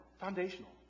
foundational